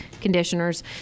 conditioners